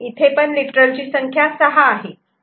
तर इथे लिटरल ची संख्या 6 आहे